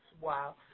Wow